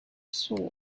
sword